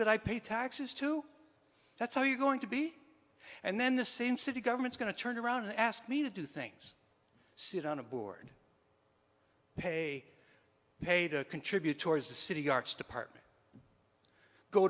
that i pay taxes to that's how you're going to be and then the same city government going to turn around and ask me to do things sit on a board pay pay to contribute towards the city arts department go